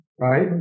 right